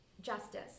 Justice